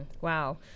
Wow